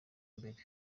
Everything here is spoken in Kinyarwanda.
mbere